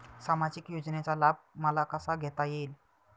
सामाजिक योजनेचा लाभ मला कसा घेता येईल?